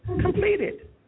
completed